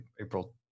april